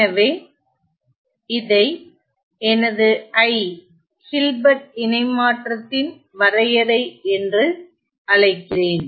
எனவே இதை எனது I ஹில்பர்ட் இணைமாற்றத்தின் வரையறை என்று அழைக்கிறேன்